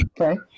Okay